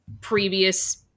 previous